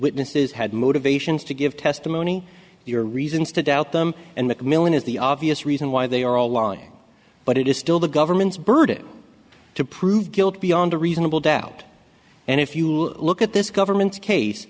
witnesses had motivations to give testimony your reasons to doubt them and mcmillin is the obvious reason why they are all lying but it is still the government's burden to prove guilt beyond a reasonable doubt and if you look at this government's case